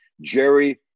Jerry